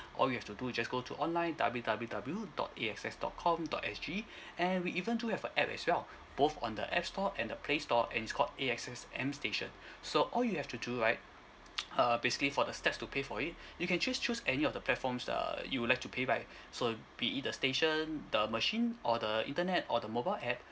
all you have to do is just go to online W W W dot A_X_S dot com dot S G and we even do have a app as well both on the app store and the play store and it's called A_X_S m station so all you have to do right uh basically for the steps to pay for it you can just choose any of the platforms err you would like to pay by so be it the station the machine or the internet or the mobile app